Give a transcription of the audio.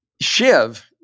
Shiv